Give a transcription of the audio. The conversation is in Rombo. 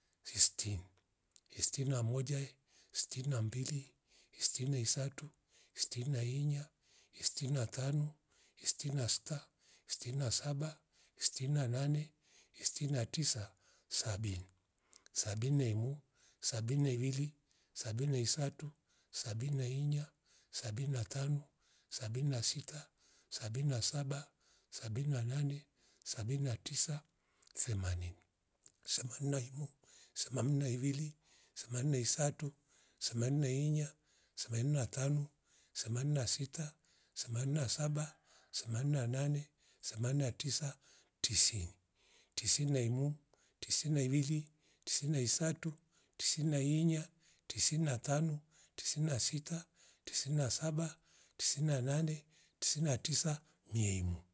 Sistini. isti na mojaeh, stini na mbili, istini na isatu, sti na inya, isti na tano, isti na sita, stini na saba, stini na nane, istini na tisa, sabini. Sabini na imu, sabini na ivili, sabini na isatu, sabini na inya, sabini na tano, sabini na sita, sabini na saba, sabini na nane, sabini na tisa themanini. Semani na imu, samamni na ivili, semani na isatu, semani na inya, semani na tanu, semani na sita, semani na saba, seman na nane, semani na tisa, tisini. Tisini na imu, tisini na ivili, tisini na isatu, tisini na inya, tisini na tanu, tisini na sita, tisin na saba, tisin na nane, tisin na tisa miaimu